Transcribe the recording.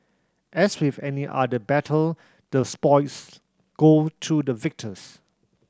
as with any other battle the spoils go to the victors